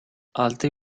altri